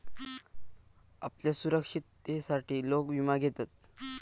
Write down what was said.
आपल्या सुरक्षिततेसाठी लोक विमा घेतत